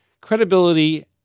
credibility